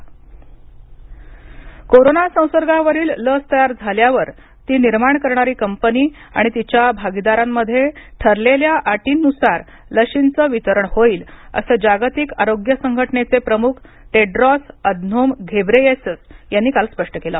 जागतिक आरोग्य संघटना कोरोना संसार्गावरील लस तयार झाल्यावर ती निर्माण करणारी कंपनी आणि तिच्या भागीदारांमध्ये ठरलेल्या अटींनुसार लशीचं वितरण होईल जागतिक आरोग्य संघटनेचे प्रमुख टेड्रॉस अधनोम घेब्रेयेसस यांनी काल स्पष्ट केलं